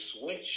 switch